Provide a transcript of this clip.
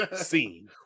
Scene